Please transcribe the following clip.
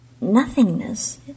Nothingness